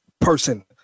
person